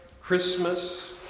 Christmas